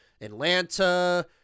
Atlanta